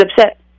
upset